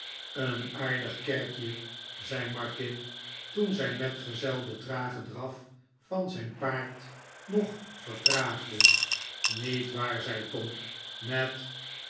een aardig kerkje zei martin toen zijn metgezel den tragen draf van zijn paard nog vertraagde niet waar zei tom met